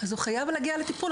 אז הוא חייב להגיע לטיפול,